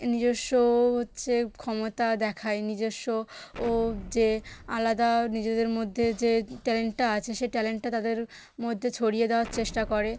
নিজেস্ব হচ্ছে ক্ষমতা দেখায় নিজেস্ব ও যে আলাদা নিজেদের মধ্যে যে ট্যালেন্টটা আছে সেই ট্যালেন্টটা তাদের মধ্যে ছড়িয়ে দেওয়ার চেষ্টা করে